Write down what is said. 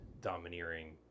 domineering